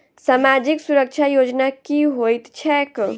सामाजिक सुरक्षा योजना की होइत छैक?